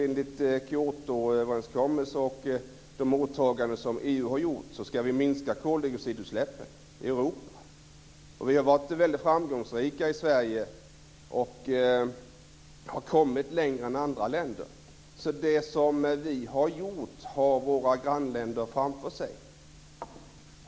Enligt Kyototöverenskommelsen och de åtaganden som EU har gjort ska vi minska koldioxidutsläppen i Europa. I Sverige har vi varit väldigt framgångsrika och vi har kommit längre än andra länder. Det som vi har gjort har våra grannländer framför sig.